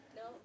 no